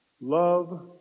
Love